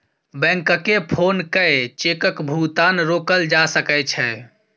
बैंककेँ फोन कए चेकक भुगतान रोकल जा सकै छै